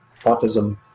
autism